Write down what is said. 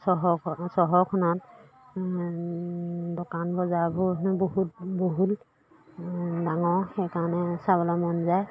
চহৰ চহৰখনত দোকান বজাৰবোৰ বহুত বহুল ডাঙৰ সেইকাৰণে চাবলৈ মন যায়